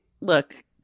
look